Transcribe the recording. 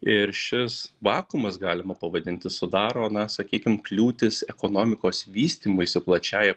ir šis vakuumas galima pavadinti sudaro na sakykim kliūtis ekonomikos vystymuisi plačiąja